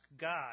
God